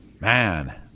Man